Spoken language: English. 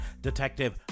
Detective